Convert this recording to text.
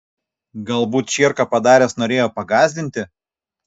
galbūt čierką padaręs norėjo pagąsdinti